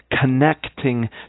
connecting